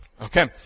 Okay